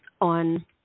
on